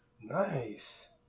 Nice